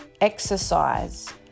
exercise